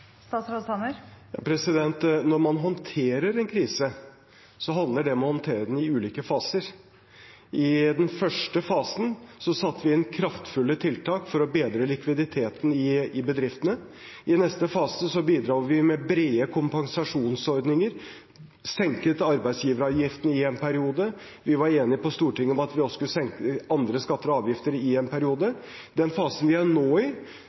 Når man håndterer en krise, handler det om å håndtere den i ulike faser. I den første fasen satte vi inn kraftfulle tiltak for å bedre likviditeten i bedriftene. I neste fase bidro vi med brede kompensasjonsordninger, vi senket arbeidsgiveravgiften i en periode, og vi var enige på Stortinget om at vi også skulle senke andre skatter og avgifter i en periode. I den fasen vi nå er i,